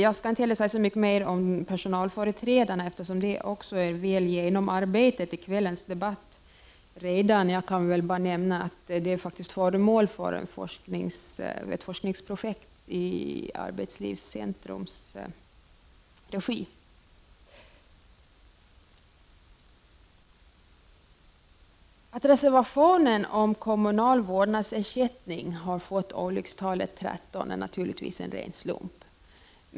Jag skall inte säga så mycket mer om personalföreträdarna, eftersom frågan är väl genomarbetad i kvällens debatt. Jag kan bara nämna att den faktiskt är föremål för ett forskningsprojekt i Arbetslivscentrums regi. Att reservationen om kommunal vårdnadsersättning har fått olycksnumret 13 är naturligtvis en ren slump.